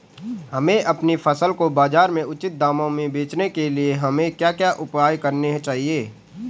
हमें अपनी फसल को बाज़ार में उचित दामों में बेचने के लिए हमें क्या क्या उपाय करने चाहिए?